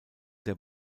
der